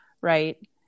right